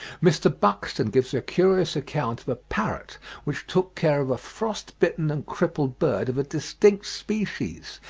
mr. buxton gives a curious account of a parrot which took care of a frost-bitten and crippled bird of a distinct species,